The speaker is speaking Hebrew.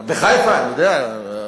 בחיפה, אני יודע.